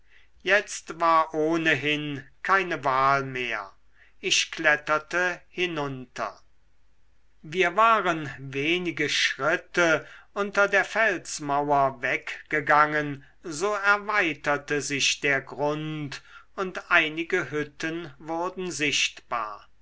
jetzt war ohnehin keine wahl mehr ich kletterte hinunter wir waren wenige schritte unter der felsmauer weggegangen so erweiterte sich der grund und einige hütten wurden sichtbar